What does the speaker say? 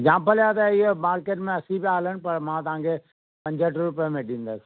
जामफ़ल जा त हीअ मार्केट में असी रुपिया हलनि पिया मां तव्हांखे पंजहठि रुपए में ॾींदसि